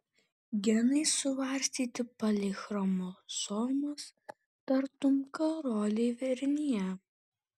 genai suvarstyti palei chromosomas tartum karoliai vėrinyje